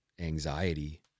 anxiety